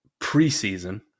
preseason